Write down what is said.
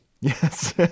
yes